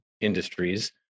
industries